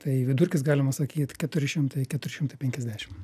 tai vidurkis galima sakyt keturi šimtai keturi šimtai penkiasdešim